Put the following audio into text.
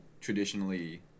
traditionally